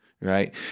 right